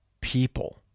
people